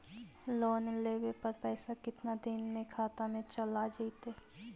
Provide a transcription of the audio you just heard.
Loan लेब पर पैसा कितना दिन में खाता में चल आ जैताई?